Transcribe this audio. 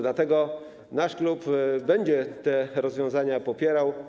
Dlatego nasz klub będzie te rozwiązania popierał.